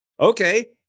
okay